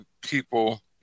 people